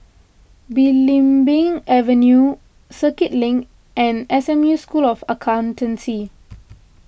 Belimbing Avenue Circuit Link and S M U School of Accountancy